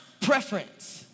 Preference